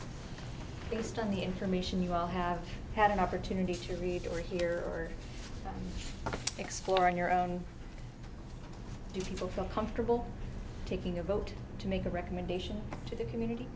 just on the information you all have had an opportunity to read or hear or explore in your own do you feel comfortable taking a vote to make a recommendation to the community